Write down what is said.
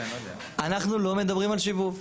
אנחנו לא מדברים על שיבוב.